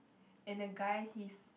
and the guy he's